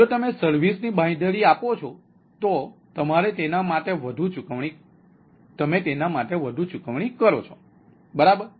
જો તમે સર્વિસ ની બાંયધરી આપો છો તો તમારે તેના માટે વધુ ચૂકવણી કરો છો બરાબર